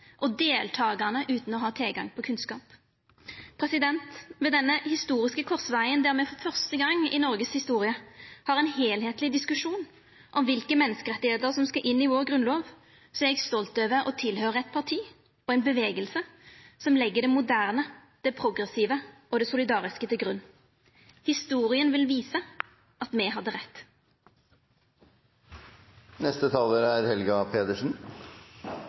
og deltakande utan å ha tilgang på kunnskap. Ved denne historiske korsvegen der me for fyrste gong i Noregs historie har ein heilskapleg diskusjon om kva for menneskerettar som skal inn i vår grunnlov, er eg stolt over å høyra til eit parti og ein bevegelse som legg det moderne, det progressive og det solidariske til grunn. Historia vil visa at me hadde rett. Grunnloven er